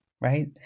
right